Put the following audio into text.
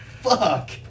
fuck